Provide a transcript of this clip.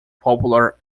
popular